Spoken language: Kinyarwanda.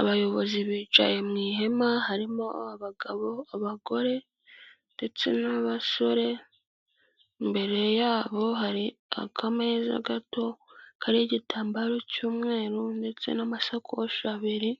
Abayobozi bicaye mu ihema harimo abagabo, abagore ndetse n'abasore, imbere yabo hari akameza gato kariho igitambaro cy'umweru ndetse n'amasakoshi abiri.